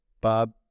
Bob